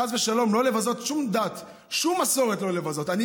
חס ושלום, לא לבזות שום דת, שום מסורת לא לבזות.